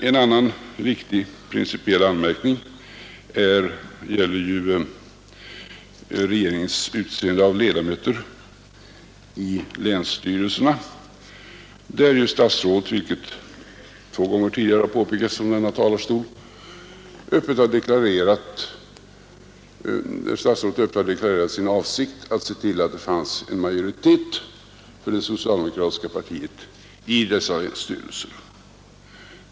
En annan viktig principiell anmärkning gäller regeringens utseende av ledamöter i länsstyrelserna. Som två gånger tidigare påpekats från denna Årets gransktalarstol har statsrådet öppet deklarerat sin avsikt att se till att det fanns ningsarbete en majoritet för det socialdemokratiska partiet i dessa länsstyrelser.